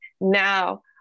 Now